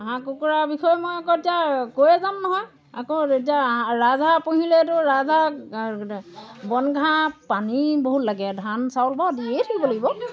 হাঁহ কুকুৰা বিষয়ে মই আকৌ এতিয়া কৈয়ে যাম নহয় আকৌ এতিয়া ৰাজহাঁহ পুহিলেটো ৰাজহাঁহক বন ঘাঁহ পানী বহুত লাগে ধান চাউল বাৰু দিয়ে থাকিব লাগিব কিন্তু